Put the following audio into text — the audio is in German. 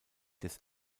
des